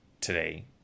today